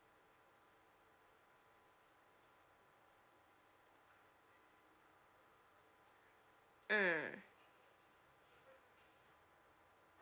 mm